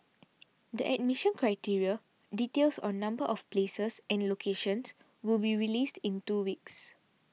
the admission criteria details on number of places and locations will be released in two weeks